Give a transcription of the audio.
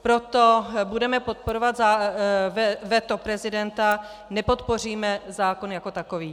Proto budeme podporovat veto prezidenta, nepodpoříme zákon jako takový.